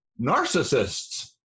narcissists